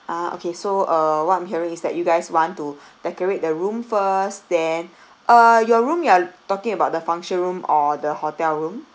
ah okay so uh what I'm hearing is that you guys want to decorate the room first then uh your room you're talking about the function room or the hotel room